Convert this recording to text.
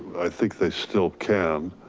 i think they still can,